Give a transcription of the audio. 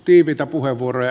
tiiviitä puheenvuoroja